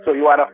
but you are